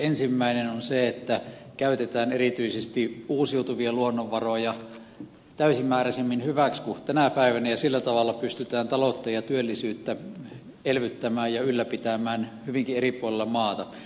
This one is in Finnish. ensimmäinen on se että käytetään erityisesti uusiutuvia luonnonvaroja täysimääräisemmin hyväksi kuin tänä päivänä ja sillä tavalla pystytään taloutta ja työllisyyttä elvyttämään ja ylläpitämään hyvinkin eri puolilla maata